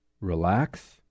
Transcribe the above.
relax